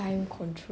time control